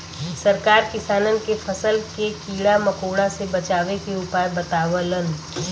सरकार किसान के फसल के कीड़ा मकोड़ा से बचावे के उपाय बतावलन